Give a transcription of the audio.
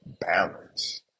balance